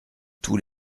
tous